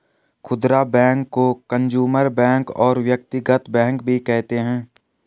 खुदरा बैंक को consumer bank और व्यक्तिगत बैंक भी कहते हैं